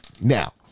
Now